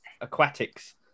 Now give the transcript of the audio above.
aquatics